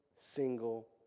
single